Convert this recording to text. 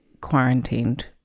quarantined